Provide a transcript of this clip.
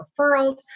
referrals